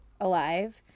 alive